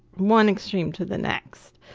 one extreme to the next.